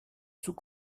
sous